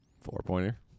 four-pointer